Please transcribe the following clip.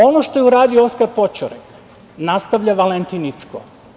Ono što je uradio Oskar Poćorek, nastavlja Valentin Incko.